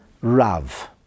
rav